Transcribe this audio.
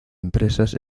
empresas